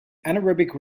anaerobic